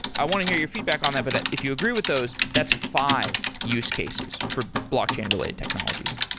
i want to hear your feedback on that, but if you agree with those, that's five use cases for blockchain-related technologies.